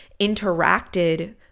interacted